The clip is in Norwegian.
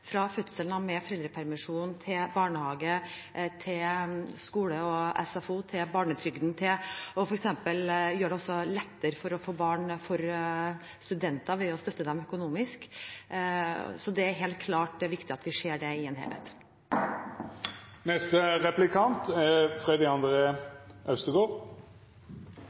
fra fødselen av med foreldrepermisjon, barnehage, skole og SFO, barnetrygd – og f.eks. å gjøre det lettere for studenter å få barn ved å støtte dem økonomisk. Så det er helt klart viktig at vi ser det i en helhet.